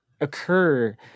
occur